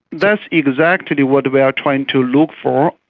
that's exactly what we are trying to look for.